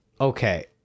Okay